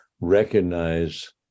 recognize